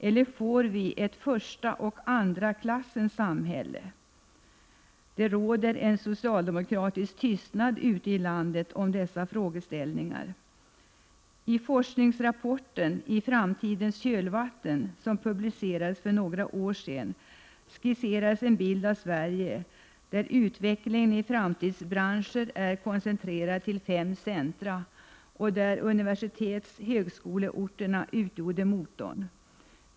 Får vi i stället ett första och ett andra klassens samhälle? Det råder en socialdemokratisk tystnad ute i landet om dessa frågor. I forskningsrapporten I framtidens kölvatten, som publicerades för några år sedan, skisserades en bild av Sverige där utvecklingen i framtidsbranscherna är koncentrerad till fem centrer, och där universitetsoch högskoleorterna utgjorde motorn.